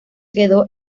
quedó